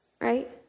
Right